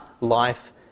life